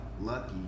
lucky